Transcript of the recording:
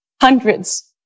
hundreds